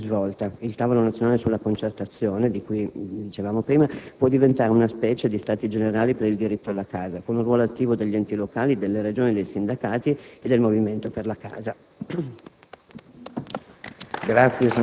Sulla casa siamo ad un punto di svolta: il tavolo nazionale sulla concertazione, di cui dicevamo prima, può diventare una specie di «stati generali» per il diritto alla casa, con un ruolo attivo degli enti locali, delle Regioni, dei sindacati e del movimento per la casa.